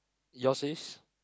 your says